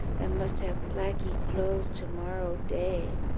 and must have blackee clothes to-morrow day.